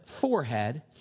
forehead